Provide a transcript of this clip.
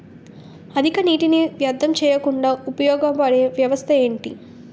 అధిక నీటినీ వ్యర్థం చేయకుండా ఉపయోగ పడే వ్యవస్థ ఏంటి